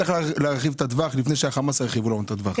צריך להרחיב את הטווח לפני שהחמאס ירחיב לנו את הטווח.